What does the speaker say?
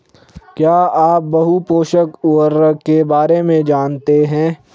क्या आप बहुपोषक उर्वरक के बारे में जानते हैं?